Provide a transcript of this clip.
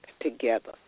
together